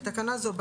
בתקנה זו,